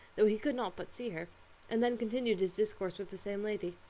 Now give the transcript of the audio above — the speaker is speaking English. though he could not but see her and then continued his discourse with the same lady.